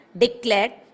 declared